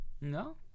no